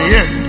Yes